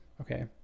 okay